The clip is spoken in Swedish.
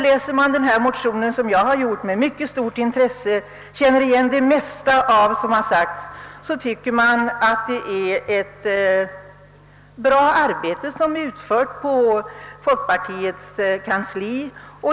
Läser man denna motion som jag har gjort det, med mycket stort intresse, och känner igen det mesta av vad som sägs, tycker man att det är en bra sam manställning som gjorts på folkpartiets kansli.